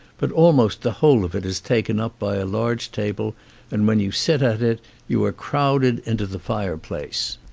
but almost the whole of it is taken up by a large table and when you sit at it you are crowded into the fireplace.